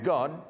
God